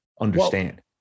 understand